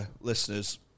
listeners